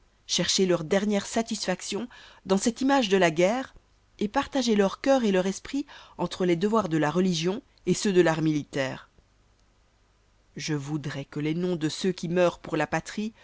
chercher leur dernière satisfaction dans cette image de la guerre et partager leur cœur et leur esprit entre les devoirs de la religion et ceux de l'art militaire je voudrois que les noms de ceux qui meurent pour la patrie